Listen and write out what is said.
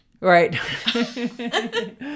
Right